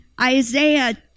Isaiah